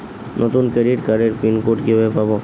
নতুন ক্রেডিট কার্ডের pin code কিভাবে পাব?